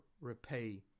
repay